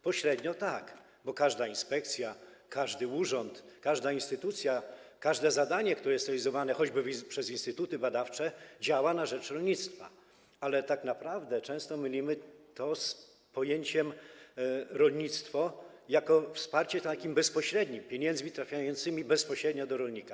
Pośrednio tak, bo każda inspekcja, każdy urząd, każda instytucja, każde zadanie, które jest realizowane, choćby przez instytuty badawcze, działa na rzecz rolnictwa, ale tak naprawdę często mylimy to z pojęciem rolnictwa, chodzi o wsparcie bezpośrednie, pieniędzmi trafiającymi bezpośrednio do rolnika.